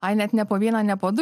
ai net ne po vieną ne po du